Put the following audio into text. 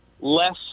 less